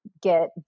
get